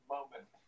Moment